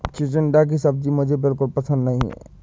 चिचिण्डा की सब्जी मुझे बिल्कुल पसंद नहीं है